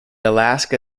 alaska